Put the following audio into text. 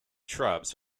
shrubs